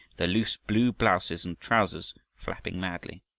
their loose blue blouses and trousers flapping madly.